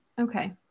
okay